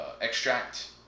Extract